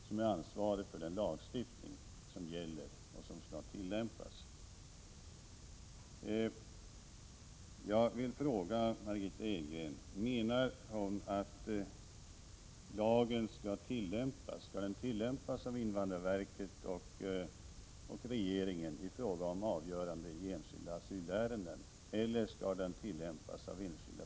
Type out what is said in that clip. Hon är alltså företrädare för ett politiskt parti representerat i riksdagen och således ansvarig för den lagstiftning som gäller och som skall tillämpas.